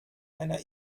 einer